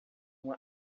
uma